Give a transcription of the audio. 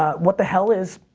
ah what the hell is,